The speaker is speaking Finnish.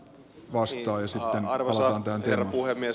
arvoisa herra puhemies